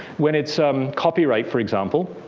when it's um copyright, for example,